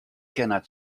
cannot